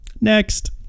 Next